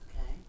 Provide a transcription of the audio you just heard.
Okay